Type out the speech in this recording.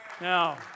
Now